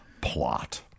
plot